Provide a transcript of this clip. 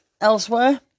elsewhere